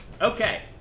Okay